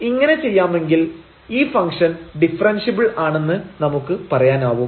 ഇങ്ങനെ ചെയ്യാമെങ്കിൽ ഈ ഫംഗ്ഷൻ ഡിഫെറെൻഷ്യബിൾ ആണെന്ന് നമുക്ക് പറയാനാവും